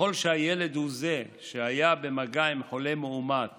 אם הילד הוא שהיה במגע עם חולה מאומת